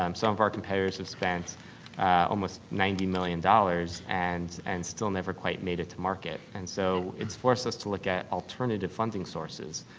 um some of our competitors have spent almost ninety million dollars and and still never quite made it to market. and so, it's forced us to look at alternative funding sources.